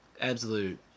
absolute